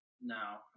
No